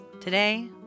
Today